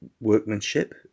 workmanship